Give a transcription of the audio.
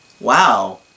Wow